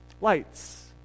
lights